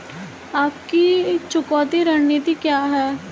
आपकी चुकौती रणनीति क्या है?